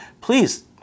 Please